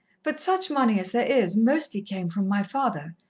but such money as there is mostly came from my father,